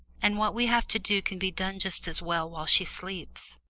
and what we have to do can be done just as well while she sleeps.